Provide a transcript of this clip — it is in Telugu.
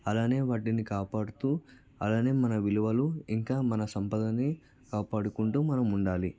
అలానే వాటిని కాపాడుతూ అలానే మన విలువలు ఇంకా మన సంపదని కాపాడుకుంటూ మనం ఉండాలి